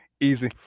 easy